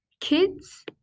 Kids